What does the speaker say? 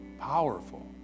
Powerful